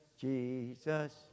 Jesus